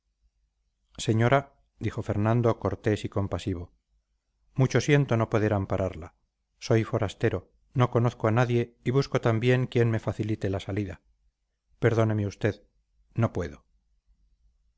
señora dijo fernando cortés y compasivo mucho siento no poder ampararla soy forastero no conozco a nadie y busco también quien me facilite la salida perdóneme usted no puedo